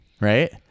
Right